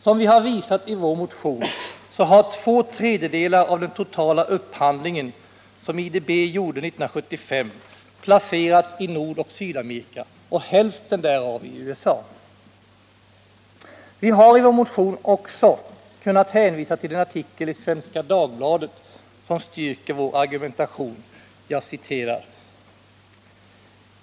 Som vi har visat i vår motion har 2/3 av den totala upphandling som IDB gjorde 1975 placerats i Nordoch Sydamerika och hälften därav placerats i USA. Vi har i vår motion också kunnat hänvisa till en artikel i Svenska Dagbladet som styrker vår argumentation.